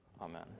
Amen